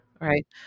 Right